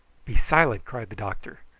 be silent! cried the doctor.